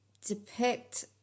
depict